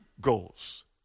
goals